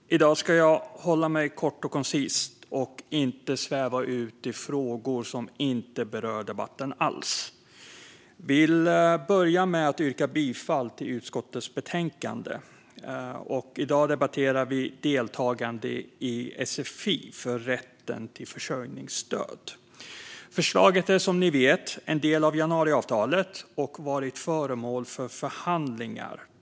Herr talman! I dag ska jag hålla mig kort och koncis och inte sväva ut i frågor som inte alls berör debatten. Vi debatterar deltagande i sfi för rätten till försörjningsstöd, och jag vill börja med att yrka bifall till utskottets förslag i betänkandet. Förslaget är som ni vet en del av januariavtalet och har varit föremål för förhandlingar.